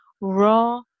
raw